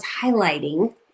highlighting